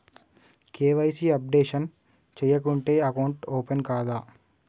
KYC updation చేయకుంటే account open కాదా?